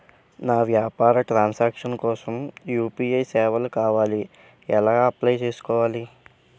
నా వ్యాపార transaction కోసం యు.పి.ఐ సేవలు కావాలి ఎలా అప్లయ్ చేసుకోవాలి?